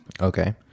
Okay